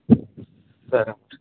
సరే